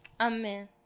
Amen